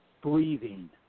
breathing